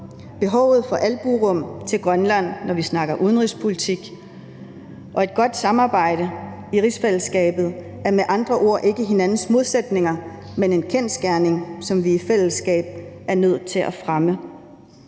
Behovet for albuerum til Grønland, når vi snakker udenrigspolitik, og behovet for et godt samarbejde i rigsfællesskabet er med andre ord ikke hinandens modsætninger, men er en kendsgerning og noget, som vi i fællesskab er nødt til at fremme.